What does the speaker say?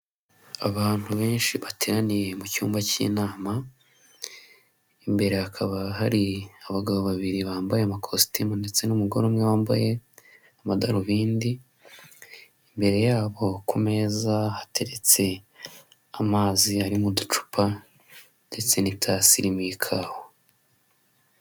Abantu benshi bateraniye mu cyumba cy'inama, imbere hakaba hari abagabo babiri bambaye amakositimu ndetse n'umugore umwe wambaye amadarubindi, imbere yabo ku meza hateretse amazi ari mu ducupa ndetse n'itasi irimo ikawa.